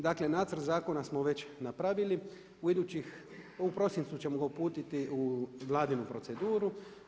Dakle, nacrt zakona smo već napravili, u idućih, u prosincu ćemo ga uputiti u vladinu proceduru.